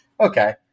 Okay